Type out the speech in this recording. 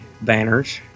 banners